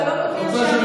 שאני